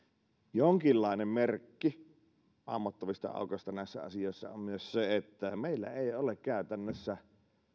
jonkinlainen merkki ammottavista aukoista näissä asioissa se että meillä ei ole